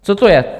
Co to je?